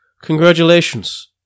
Congratulations